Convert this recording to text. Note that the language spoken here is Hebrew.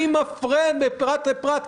אני מפלה בין פרט לפרט,